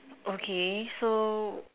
okay so